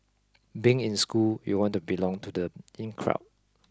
being in school you want to belong to the in crowd